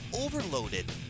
overloaded